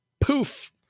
poof